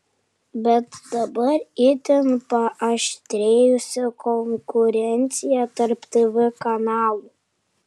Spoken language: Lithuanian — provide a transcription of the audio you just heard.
bet dabar itin paaštrėjusi konkurencija tarp tv kanalų